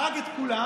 הרג את כולם,